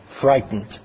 frightened